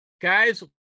Guys